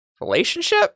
relationship